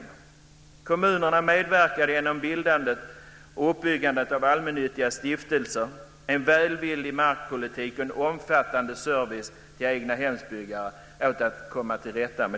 För att komma till rätta med den bostadsbrist som fanns medverkade kommunerna genom bildandet och uppbyggandet av allmännyttiga stiftelser, en välvillig markpolitik och en omfattande service för egnahemsbyggare.